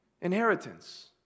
Inheritance